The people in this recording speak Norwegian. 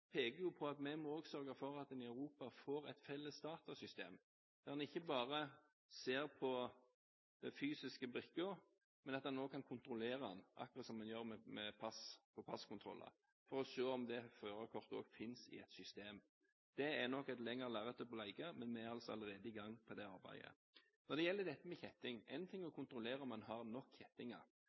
peker på at vi også må sørge for at en i Europa får et felles datasystem der en ikke bare ser på den fysiske brikken, men at en også kan kontrollere den – akkurat som en gjør med pass på passkontroller – for å se om det førerkortet også finnes i et system. Det er nok et lengre lerret å bleke, men vi er altså allerede i gang med det arbeidet. Når det gjelder dette med kjetting, er det én ting å kontrollere om en har nok kjettinger.